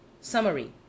Summary